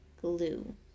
glue